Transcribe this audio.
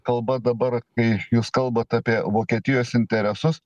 kalba dabar kai jūs kalbat apie vokietijos interesus